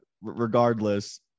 regardless